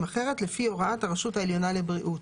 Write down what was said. אחרת לפי הוראת הרשות העליונה לבריאות.